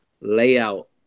layout